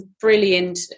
brilliant